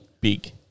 big